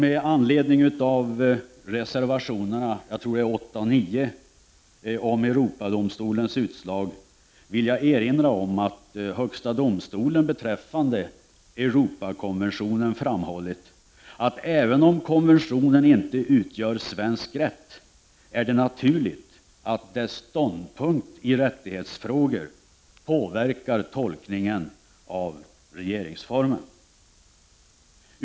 Med anledning av reservationerna 8 och 9 om Europadomstolens utslag vill jag erinra om att högsta domstolen beträffande Europakonventionen har framhållit att det, även om konventionen inte utgör svensk rätt, är naturligt att dess ståndpunkt i rättighetsfrågor påverkar tolkningen av regeringsformen.